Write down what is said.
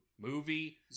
Movie